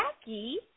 Jackie